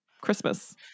Christmas